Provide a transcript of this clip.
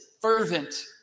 fervent